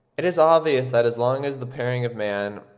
it is obvious that as long as the pairing of man,